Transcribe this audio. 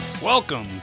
Welcome